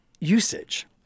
usage